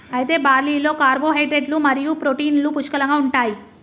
అయితే బార్లీలో కార్పోహైడ్రేట్లు మరియు ప్రోటీన్లు పుష్కలంగా ఉంటాయి